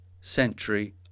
Century